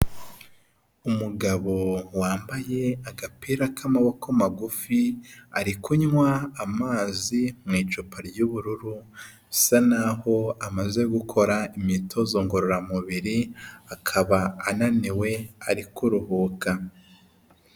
Umugabo wambaye agapira k'amaboko magufi, ari kunywa amazi mu icupa ry'ubururu, bisa n'aho amaze gukora imyitozo ngororamubiri, akaba ananiwe ari kuruhuka.